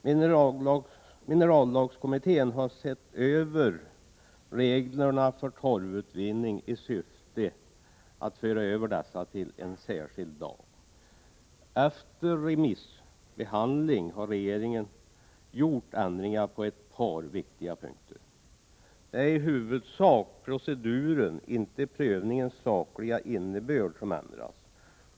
Minerallagskommittén har sett över reglerna för torvutvinning i syfte att föra över dessa till en särskild lag. Efter remissbehandling har regeringen gjort ändringar på ett par viktiga punkter. Det är i huvudsak proceduren, inte prövningens sakliga innebörd som ändras.